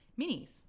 minis